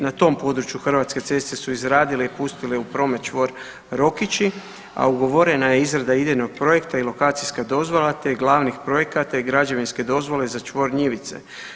Na tom području Hrvatske ceste su izradile i pustile u promet čvor Rokići, a ugovorena je izrada idejnog projekta i lokacijska dozvola, te glavnih projekata i građevinske dozvole za čvor Njivice.